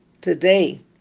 today